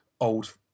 old